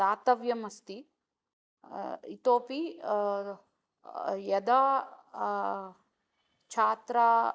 दातव्यमस्ति इतोऽपि यदा छात्राः